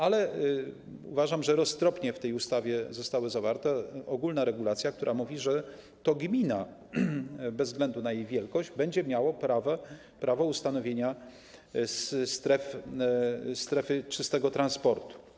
Ale uważam, że roztropnie w tej ustawie została zawarta ogólna regulacja, która mówi, że to gmina, bez względu na jej wielkość, będzie miała prawo ustanowienia strefy czystego transportu.